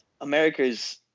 americas